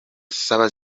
saba